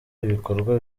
ibikorwa